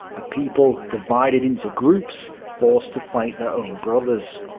a people divided into groups, forced to fight their own brothers.